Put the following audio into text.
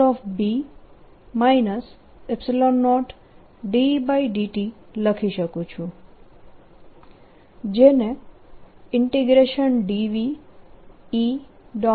10B 0E∂t લખી શકું છું જેને dV E